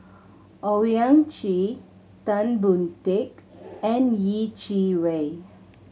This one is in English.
Owyang Chi Tan Boon Teik and Yeh Chi Wei